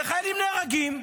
וחיילים נהרגים.